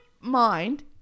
mind